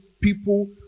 people